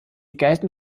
gelten